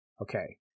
okay